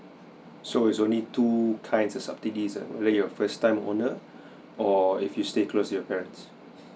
so it's only two kinds of subsidies uh wether you're a first time owner or if you stay close to your parents